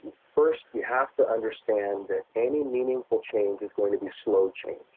first, you have to understand that any meaningful change is going to be slow change,